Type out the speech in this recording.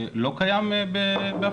לא קיים בעפולה?